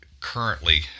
currently